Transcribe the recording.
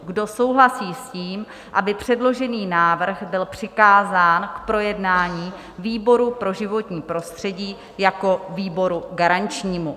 Kdo souhlasí s tím, aby předložený návrh byl přikázán k projednání výboru pro životní prostředí jako výboru garančnímu?